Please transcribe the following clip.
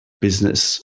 business